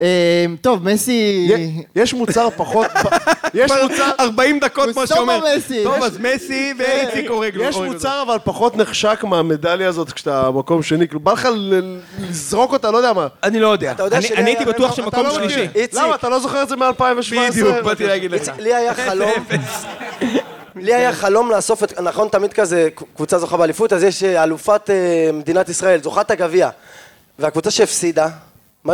טוב מסי יש מוצר פחות, יש מוצר, 40 דקות מה שאומר, טוב אז מסי ואיציק עורג לו, יש מוצר אבל פחות נחשק מהמדליה הזאת כשאתה מקום שני, בא לך לזרוק אותה לא יודע מה, אני לא יודע, אני הייתי בטוח שמקום שלישי, למה אתה לא זוכר את זה מ2017, בדיוק באתי להגיד לך, לי היה חלום, לי היה חלום לאסוף, נכון תמיד כזה קבוצה זוכה באליפות אז יש אלופת מדינת ישראל זוכת הגביעה והקבוצה שהפסידה מה